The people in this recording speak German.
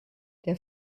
der